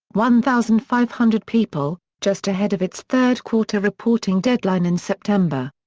one thousand five hundred people, just ahead of its third-quarter-reporting deadline in september.